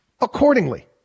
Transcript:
accordingly